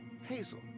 hazel